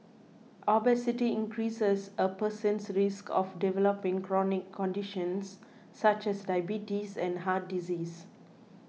obesity increases a person's risk of developing chronic conditions such as diabetes and heart disease